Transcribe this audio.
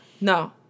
No